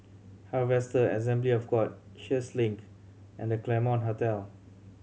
Harvester Assembly of God Sheares Link and The Claremont Hotel